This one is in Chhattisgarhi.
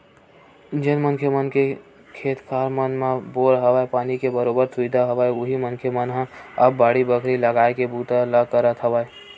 जेन मनखे मन के खेत खार मन म बोर हवय, पानी के बरोबर सुबिधा हवय उही मनखे मन ह अब बाड़ी बखरी लगाए के बूता ल करत हवय